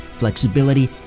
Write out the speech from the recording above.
flexibility